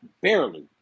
barely